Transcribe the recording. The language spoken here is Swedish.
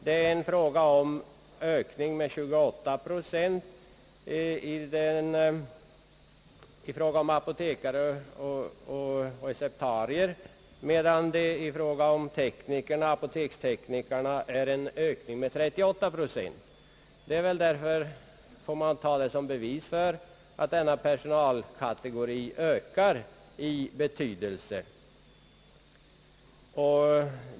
Antalet apotekare och receptarier har ökat med 28 procent, medan apoteks teknikerna har ökat med 38 procent. Detta får man väl ta som ett bevis för att sistnämnda personalkategori ökar i betydelse.